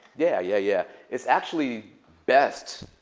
yeah, yeah, yeah. it's actually best